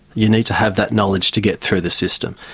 you need to have that knowledge to get through the system.